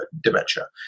dementia